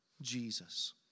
Jesus